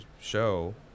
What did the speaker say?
show